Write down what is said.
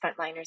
frontliners